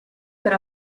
per